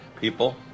people